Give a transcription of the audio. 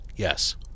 Yes